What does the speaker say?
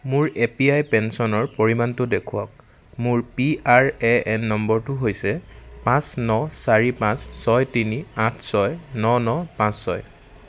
মোৰ এপিৱাই পেঞ্চনৰ পৰিমাণটো দেখুৱাওক মোৰ পিআৰএএন নম্বৰটো হৈছে পাঁচ ন চাৰি পাঁচ ছয় তিনি আঠ ছয় ন ন পাঁচ ছয়